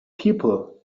people